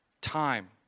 time